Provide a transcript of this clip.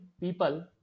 people